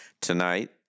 tonight